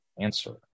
answer